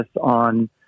on